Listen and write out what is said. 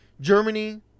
Germany